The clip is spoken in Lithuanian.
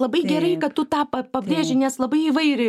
taip taip